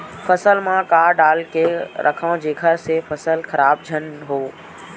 फसल म का डाल के रखव जेखर से फसल खराब झन हो?